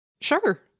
Sure